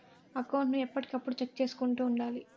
account ను ఎప్పటికప్పుడు check చేసుకుంటూ ఉండాలి